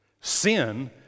Sin